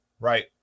Right